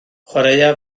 chwaraea